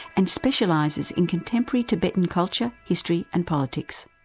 and specialises in contemporary tibetan culture, history, and politics.